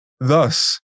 Thus